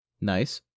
nice